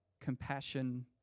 compassion